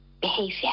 behavior